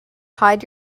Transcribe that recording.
hide